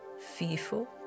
fearful